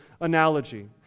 analogy